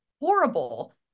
horrible